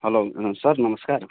हलो sir नमस्कार